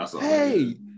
Hey